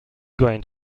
going